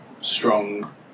strong